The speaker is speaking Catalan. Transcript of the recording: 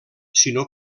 sinó